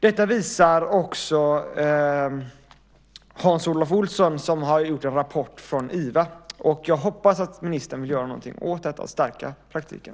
Detta visar också Hans-Olov Olsson som har gjort en rapport för Iva. Jag hoppas att ministern vill göra någonting åt detta och stärka praktiken.